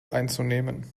einzunehmen